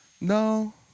No